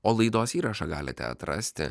o laidos įrašą galite atrasti